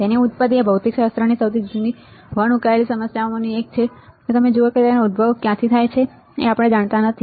તેની ઉત્પત્તિ એ ભૌતિકશાસ્ત્રની સૌથી જૂની વણઉકેલાયેલી સમસ્યાઓમાંની એક છે તે જુઓ કે તે ક્યાંથી ઉદ્ભવે છે તે આપણે જાણતા નથી